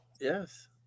Yes